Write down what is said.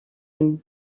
and